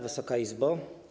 Wysoka Izbo!